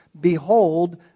behold